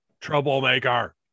Troublemaker